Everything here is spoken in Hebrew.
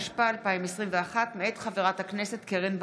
התשפ"א 2021, מאת חברת הכנסת קרן ברק,